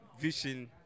vision